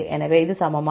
எனவே இது சமமா